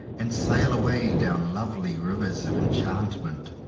and sail away down lovely rivers of enchantment,